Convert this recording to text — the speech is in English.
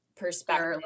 perspective